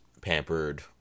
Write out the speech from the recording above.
pampered